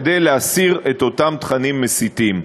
כדי להסיר את אותם תכנים מסיתים.